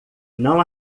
não